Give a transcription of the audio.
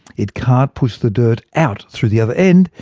it can't push the dirt out through the other end,